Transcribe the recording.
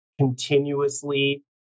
continuously